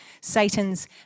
Satan's